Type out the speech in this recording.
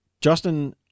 Justin